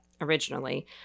originally